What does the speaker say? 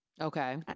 Okay